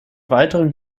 weiteren